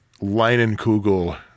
Leinenkugel